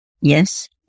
Yes